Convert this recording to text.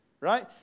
right